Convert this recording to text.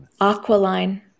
Aqualine